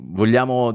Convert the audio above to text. vogliamo